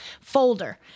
folder